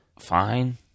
Fine